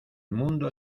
mundo